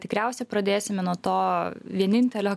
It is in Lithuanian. tikriausia pradėsime nuo to vienintelio